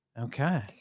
Okay